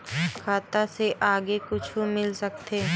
खाता से आगे कुछु मिल सकथे?